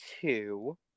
two